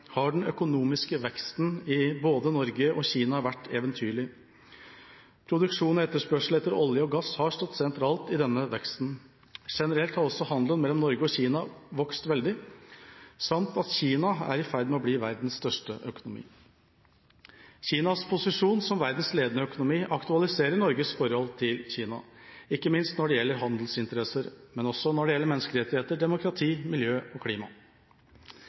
har den økonomiske veksten både i Norge og i Kina vært eventyrlig. Produksjon og etterspørsel etter olje og gass har stått sentralt i denne veksten. Generelt har også handelen mellom Norge og Kina vokst veldig, og Kina er i ferd med å bli verdens største økonomi. Kinas posisjon som verdens ledende økonomi aktualiserer Norges forhold til Kina, ikke minst når det gjelder handelsinteresser, men også når det gjelder menneskerettigheter, demokrati, miljø og klima.